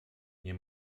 nie